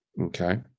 Okay